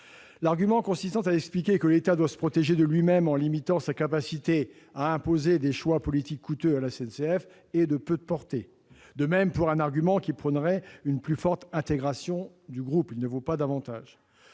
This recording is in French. L'argument consistant à expliquer que l'État doit se protéger de lui-même en limitant sa capacité à imposer des choix politiques coûteux à la SNCF a peu de portée. Celui qui prône une plus forte intégration du groupe ne vaut pas davantage.